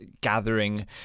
gathering